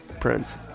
Prince